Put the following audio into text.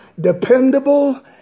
dependable